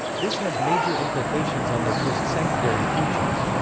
this has major implications on their postsecondary futures.